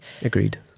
Agreed